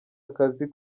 akazi